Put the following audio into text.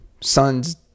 son's